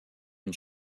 and